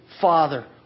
father